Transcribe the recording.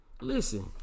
Listen